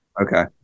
okay